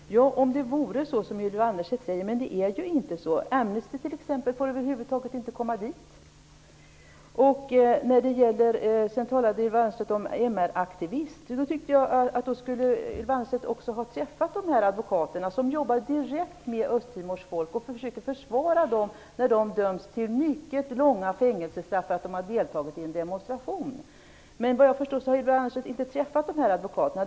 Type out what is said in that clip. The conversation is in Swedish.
Herr talman! Om det vore så väl som Ylva Annerstedt säger! Det är inte så. Amnesty, t.ex., får över huvud taget inte komma dit. Ylva Annerstedt talade om MR-aktivister. Jag tycker att Ylva Annerstedt skulle ha träffat de advokater som jobbar direkt med Östtimors folk och försöker försvara dem när de döms till mycket långa fängelsestraff för att ha deltagit i en demonstration. Såvitt jag förstår har Ylva Annerstedt inte träffat dessa advokater.